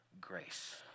grace